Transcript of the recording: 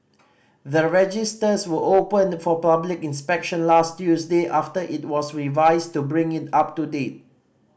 the registers were opened for public inspection last Tuesday after it was revised to bring it up to date